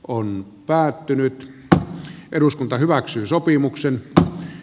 olin päätynyt aho eduskunta hyväksyy sopimuksen alle